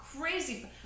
crazy